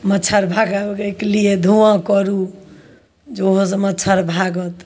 मच्छर भागै उगैके लिए धुआँ करू जे ओहो से मच्छर भागत